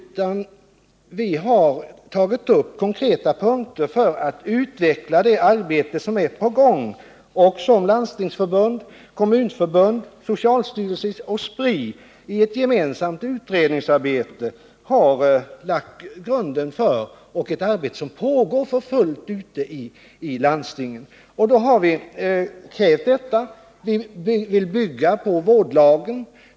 Vi har tagit upp konkreta punkter för att utveckla det arbete som är på gång och som Landstingsförbundet, Kommunförbundet, socialstyrelsen och Spri i ett gemensamt utredningsarbete har lagt grunden till. Det är ett arbete som pågår för fullt ute i landstingen. Det är då vi har krävt detta. Vi vill bygga på vårdlagen.